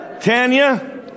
Tanya